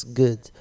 good